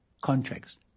contracts